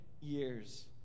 years